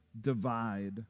divide